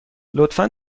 لطفا